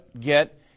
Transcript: get